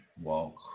walk